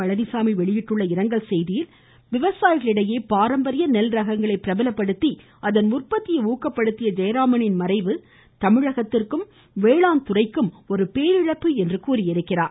பழனிச்சாமி வெளியிட்டுள்ள இரங்கல் செய்தியில் விவசாயிகளிடையே பாரம்பரிய நெல் ரகங்களை பிரபலப்படுத்தி அதன் உற்பத்தியை ஊக்கப்படுத்திய ஜெயராமனின் மறைவு தமிழகத்திற்கும் வேளாண்மை துறைக்கும் ஒரு பேரிழப்பு என்று கூறியிருக்கிறார்